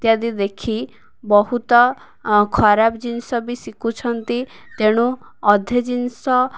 ଇତ୍ୟାଦି ଦେଖି ବହୁତ ଖରାପ ଜିନିଷ ବି ଶିଖୁଛନ୍ତି ତେଣୁ ଅଧେ ଜିନିଷ